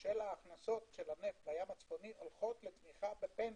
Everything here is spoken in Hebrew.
של ההכנסות של הנפט בים הצפוני הולכות לתמיכה בפנסיות.